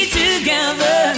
together